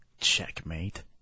Checkmate